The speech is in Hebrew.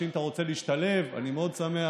אם אתה רוצה להשתלב אני מאוד שמח.